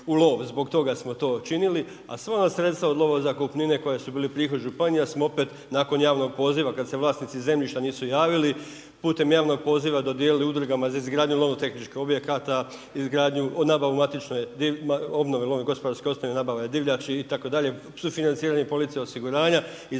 u lov zbog smo to učinili, a sva ona sredstva od lovozakupnine koja su bili prihod županija smo opet nakon javnog poziva kad se vlasnici zemljišta nisu javili putem javnog poziva dodijelili udrugama za izgradnju lovotehničkih objekata, nabavu …/nerazumljivo/… i nabava divljači itd., sufinanciranje police osiguranja i